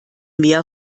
mehr